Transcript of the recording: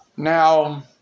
Now